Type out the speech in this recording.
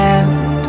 end